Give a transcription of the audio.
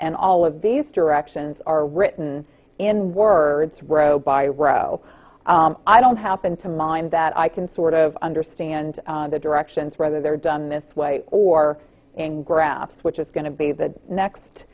and all of these directions are written in words row by row i don't happen to mind that i can sort of understand the directions whether they're done this way or in graphs which is going to be the